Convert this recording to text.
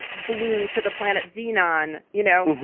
blue to the planet xenon, you know,